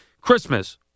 Christmas